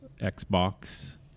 Xbox